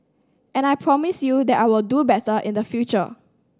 and I promise you that I will do better in the future